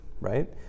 right